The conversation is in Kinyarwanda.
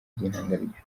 by’intangarugero